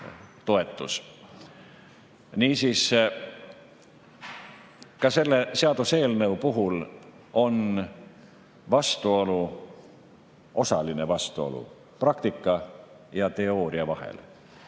Niisiis, ka selle seaduseelnõu puhul on osaline vastuolu praktika ja teooria vahel.